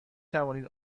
توانید